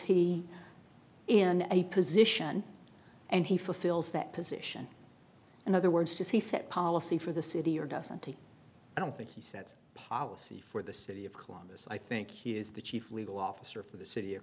he in a position and he fulfills that position in other words does he set policy for the city or doesn't take i don't think he sets policy for the city of columbus i think he is the chief legal officer for the city of